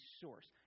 source